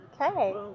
Okay